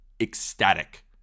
ecstatic